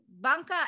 banca